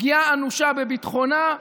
פגיעה אנושה בביטחונה,